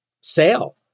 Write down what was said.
sale